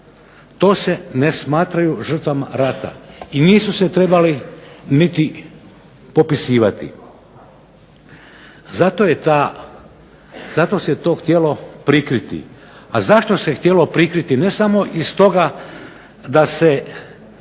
to se ne smatraju žrtvama rata i nisu se trebali niti popisivati. Zato se to htjelo prikriti. A zašto se htjelo prikriti? Ne samo iz toga da se